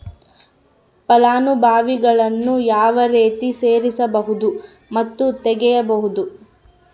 ಫಲಾನುಭವಿಗಳನ್ನು ಯಾವ ರೇತಿ ಸೇರಿಸಬಹುದು ಮತ್ತು ತೆಗೆಯಬಹುದು?